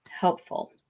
helpful